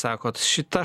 sakot šita